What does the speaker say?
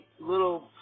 little